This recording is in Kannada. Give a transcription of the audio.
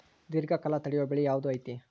ದೇರ್ಘಕಾಲ ತಡಿಯೋ ಬೆಳೆ ಯಾವ್ದು ಐತಿ?